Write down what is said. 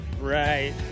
Right